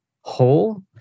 whole